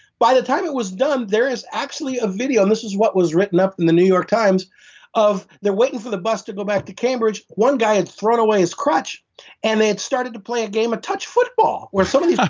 by the time it was done, there is actually a video and this is what was written up in the new york times of they're waiting for the bus to go back to cambridge, one guy had thrown his crutch and they had started to play a game, a touch football where sort of so yeah